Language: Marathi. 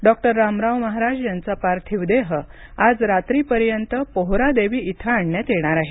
डॉं रामराव महाराज यांचा पार्थिव देह आज रात्रीपर्यंत पोहरादेवी इथं आणण्यात येणार आहे